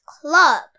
Club